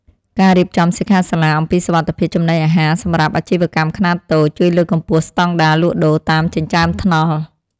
ការរៀបចំសិក្ខាសាលាអំពីសុវត្ថិភាពចំណីអាហារសម្រាប់អាជីវករខ្នាតតូច ជួយលើកកម្ពស់ស្តង់ដារលក់ដូរតាមចិញ្ចើមថ្នល់។